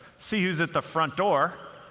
see who's at the front door,